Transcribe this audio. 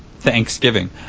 thanksgiving